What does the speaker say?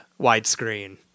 widescreen